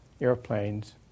airplanes